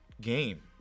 game